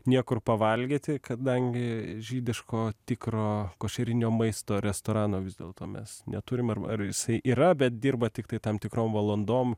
niekur pavalgyti kadangi žydiško tikro košerinio maisto restorano vis dėlto mes neturim ar ar jisai yra bet dirba tiktai tam tikrom valandom